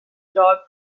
dark